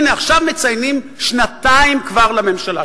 הנה, עכשיו מציינים כבר שנתיים לממשלה.